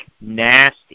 nasty